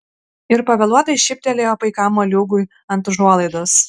ir pavėluotai šyptelėjo paikam moliūgui ant užuolaidos